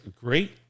great